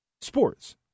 sports